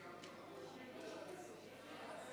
היערכות המדינה למגפות ולרעידות אדמה נתקבלה.